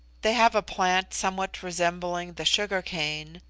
they have a plant somewhat resembling the sugar-cane,